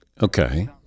Okay